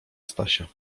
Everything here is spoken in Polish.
stasia